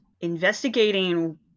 investigating